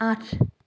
আঠ